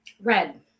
Red